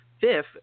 fifth